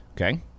Okay